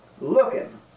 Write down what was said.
looking